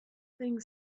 thing